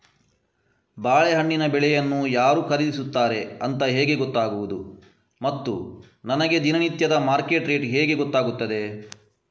ಬಾಳೆಹಣ್ಣಿನ ಬೆಳೆಯನ್ನು ಯಾರು ಖರೀದಿಸುತ್ತಾರೆ ಅಂತ ಹೇಗೆ ಗೊತ್ತಾಗುವುದು ಮತ್ತು ನನಗೆ ದಿನನಿತ್ಯದ ಮಾರ್ಕೆಟ್ ರೇಟ್ ಹೇಗೆ ಗೊತ್ತಾಗುತ್ತದೆ?